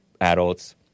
Adults